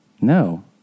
No